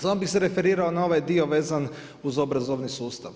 Samo bi se referirao na ovaj dio vezan uz obrazovni sustav.